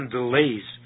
delays